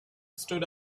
stood